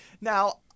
Now